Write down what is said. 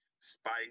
spice